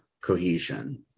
cohesion